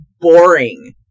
boring